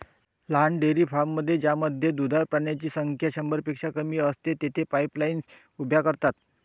लहान डेअरी फार्ममध्ये ज्यामध्ये दुधाळ प्राण्यांची संख्या शंभरपेक्षा कमी असते, तेथे पाईपलाईन्स उभ्या करतात